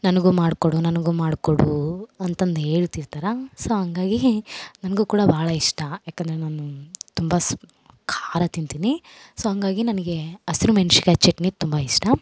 ನನಗೂ ಮಾಡಿಕೊಡು ನನಗೂ ಮಾಡಿಕೊಡು ಅಂತಂದು ಹೇಳ್ತಿರ್ತರ ಸೋ ಹಂಗಾಗಿ ನನಗು ಕೂಡ ಭಾಳ ಇಷ್ಟ ಯಾಕಂದರೆ ನಾನು ತುಂಬ ಸ್ಪ ಖಾರ ತಿಂತೀನಿ ಸೋ ಹಂಗಾಗಿ ನನಗೆ ಹಸ್ರುಮೆಣ್ಸಿಕಾಯ್ ಚಟ್ನಿ ತುಂಬ ಇಷ್ಟ